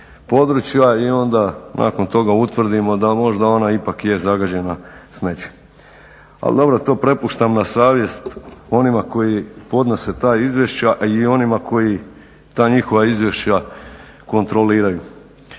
područja i onda nakon toga utvrdimo da možda ona ipak je zagađena s nečim. Ali dobro to prepuštam na savjest onima koji podnose ta izvješća, a i onima koji ta njihova izvješća kontroliraju.